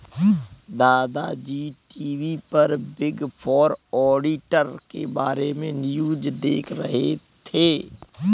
दादा जी टी.वी पर बिग फोर ऑडिटर के बारे में न्यूज़ देख रहे थे